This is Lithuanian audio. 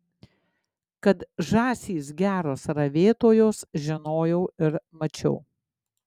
kad žąsys geros ravėtojos žinojau ir mačiau